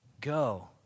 Go